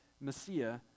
Messiah